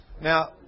Now